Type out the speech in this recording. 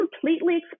completely